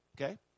Okay